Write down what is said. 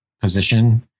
position